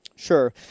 Sure